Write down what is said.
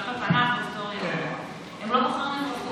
מקצועות התנ"ך, היסטוריה, הם לא בוחרים אזרחות,